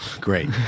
Great